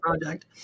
project